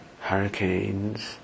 hurricanes